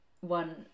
one